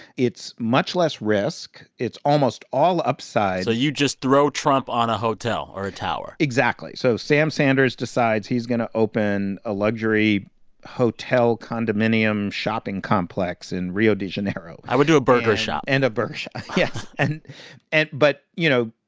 it's much less risk. it's almost all upside so you just throw trump on a hotel or a tower exactly. so sam sanders decides he's going to open a luxury hotel condominium shopping complex in rio de janeiro i would do a burger shop and a yeah and and but, you know,